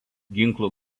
ginklų